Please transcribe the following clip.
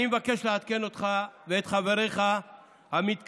אני מבקש לעדכן אותך ואת חבריך המתכסים